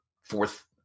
fourth